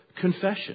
confession